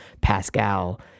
pascal